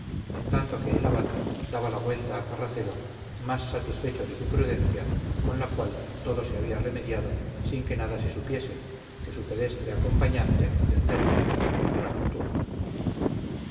en tanto que el abad daba la vuelta a carracedo más satisfecho de su prudencia con la cual todo se había remediado sin que nada se supiese que su pedestre acompañante del término de su aventura nocturna